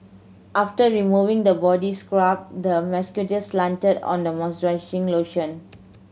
after removing the body scrub the masseur slathered on the moisturizing lotion